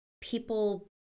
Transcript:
people